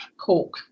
Cork